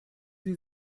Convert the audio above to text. sie